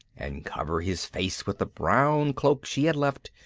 and cover his face with the brown cloak she had left,